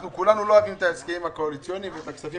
אנחנו כולנו לא אוהבים את ההסכמים הקואליציוניים ואת הכספים